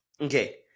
okay